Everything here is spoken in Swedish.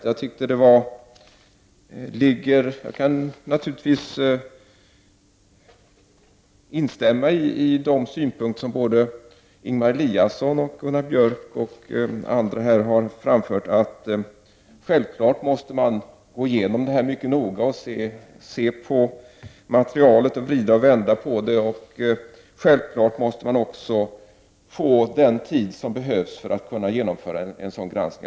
Jag kan naturligtvis instämma i de synpunkter som Ingemar Eliasson, Gunnar Björk och andra har framfört om att man självfallet måste gå igenom detta mycket noga, se på materialet och vrida och vända på det. Självfallet måste man också få den tid som behövs för att kunna genomföra en sådan granskning.